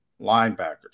linebackers